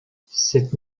cette